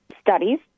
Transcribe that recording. studies